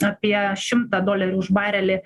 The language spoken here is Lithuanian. apie šimtą dolerių už barelį